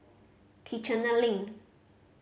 Kiichener Link